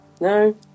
No